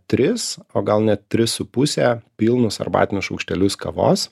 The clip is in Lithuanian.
tris o gal net tris su puse pilnus arbatinius šaukštelius kavos